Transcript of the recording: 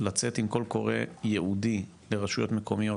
לצאת עם קול קורא ייעודי לרשויות מקומיות,